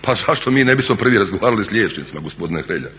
pa zašto mi ne bismo prvi razgovarali sa liječnicima, gospodine Hrelja?